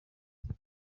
yabo